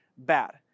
bad